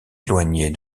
éloignées